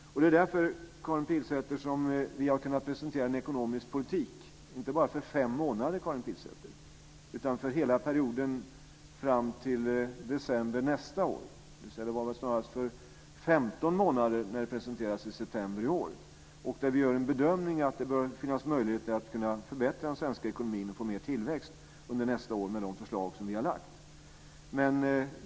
Det är därför, Karin Pilsäter, som vi har kunnat presentera en ekonomisk politik, inte bara för fem månader utan för hela perioden fram till december nästa år. Det gällde med andra ord snarast 15 månader när det presenterades i september i år. Vi gör bedömningen att det bör finnas möjligheter att förbättra den svenska ekonomin och få mer tillväxt under nästa år med de förslag som vi har lagt fram.